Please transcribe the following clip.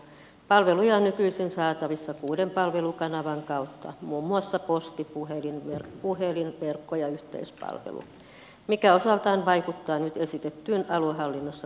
palveluja on nykyisin saatavissa kuuden palvelukanavan kautta muun muassa posti puhelin verkko ja yhteispalvelun mikä osaltaan vaikuttaa nyt esitettyihin aluehallinnossa tehtäviin muutoksiin